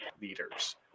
leaders